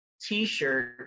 t-shirt